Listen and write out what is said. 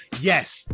Yes